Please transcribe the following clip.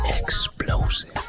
Explosive